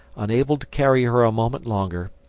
unable to carry her a moment longer,